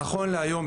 נכון להיום,